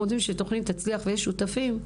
שתוכנית תצליח ויש שותפים,